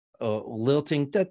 lilting